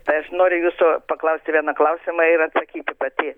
tai aš noriu jūsų paklausti vieną klausimą ir atsakyti pati